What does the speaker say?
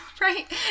Right